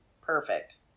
Perfect